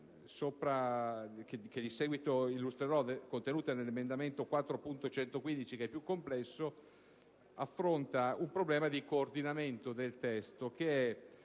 capoverso. La proposta contenuta nell'emendamento 4.115 (che è più complesso) affronta un problema di coordinamento del testo, che è